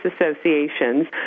associations